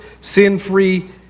sin-free